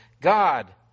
God